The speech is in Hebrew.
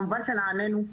כמובן שנענינו.